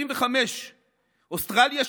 75%; אוסטרליה,